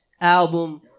album